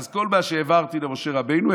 אז כל מה שהעברתי למשה רבנו,